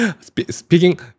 speaking